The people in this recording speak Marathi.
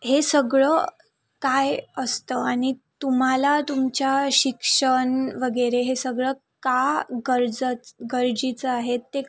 हे सगळं काय असतं आणि तुम्हाला तुमच्या शिक्षण वगैरे हे सगळं का गरजंच् गरजेचं आहे ते